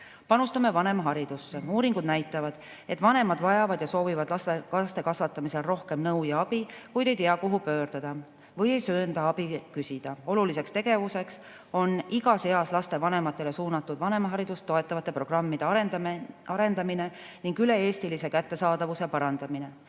panustame vanemaharidusse. Uuringud näitavad, et vanemad vajavad ja soovivad laste kasvatamisel rohkem nõu ja abi, kuid ei tea, kuhu pöörduda, või ei söanda abi küsida. Oluline tegevus on igas eas laste vanematele suunatud vanemaharidust toetavate programmide arendamine ning nende üle-eestilise kättesaadavuse parandamine.